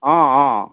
অঁ অঁ